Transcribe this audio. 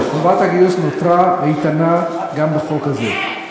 חובת הגיוס נותרה איתנה גם בחוק הזה.